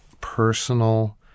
personal –